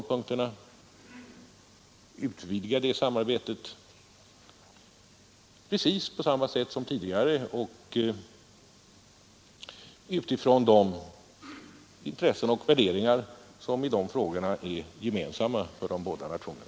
Vi kommer att göra det på samma sätt som vi försökt göra tidigare och utifrån de intressen och värderingar som är gemensamma för de båda nationerna.